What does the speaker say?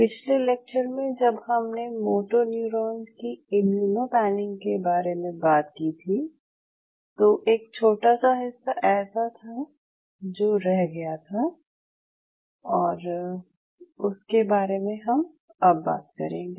पिछले लेक्चर में जब हमने मोटोन्यूरोन की इम्यूनो पैनिंग के बारे में बात की थी तो एक छोटा सा हिस्सा ऐसा था जो रह गया था और उसके बारे में हम अब बात करेंगे